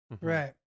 right